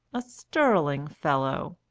a sterling fellow!